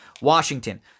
Washington